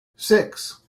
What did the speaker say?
six